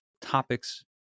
topics